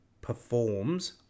performs